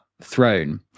throne